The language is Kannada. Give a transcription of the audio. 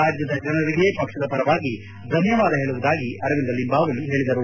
ರಾಜ್ಯದ ಜನರಿಗೆ ಪಕ್ಷದ ಪರವಾಗಿ ಧನ್ಯವಾದ ಹೇಳುವುದಾಗಿ ಅರವಿಂದ ಲಿಂಬಾವಳಿ ಹೇಳಿದರು